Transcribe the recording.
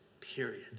period